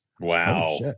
Wow